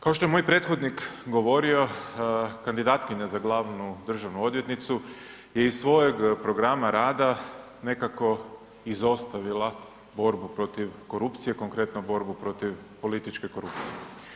Kao što je moj prethodnik govorio, kandidatkinja za glavnu državnu odvjetnicu je iz svojeg programa rada nekako izostavila borbu protiv korupcije, konkretno borbu protiv političke korupcije.